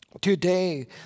Today